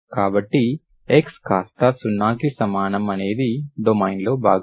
కాబట్టి x కాస్తా 0 కు సమానం అనేది డొమైన్ లో భాగం